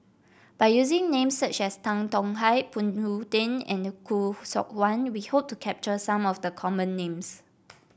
by using names such as Tan Tong Hye Phoon Tien and Khoo Seok Wan we hope to capture some of the common names